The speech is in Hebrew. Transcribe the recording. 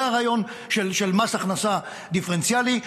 זה הרעיון של מס הכנסה דיפרנציאלי.